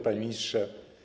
Panie Ministrze!